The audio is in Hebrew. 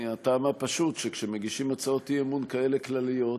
מן הטעם הפשוט שכאשר מגישים הצעות אי-אמון כאלה כלליות,